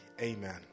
Amen